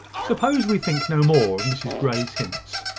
suppose we think no more of mrs grey's hints?